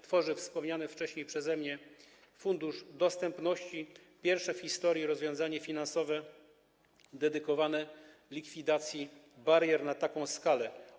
Tworzy wspomniany wcześniej przeze mnie Fundusz Dostępności - pierwsze w historii rozwiązanie finansowe dedykowane likwidacji barier na taką skalę.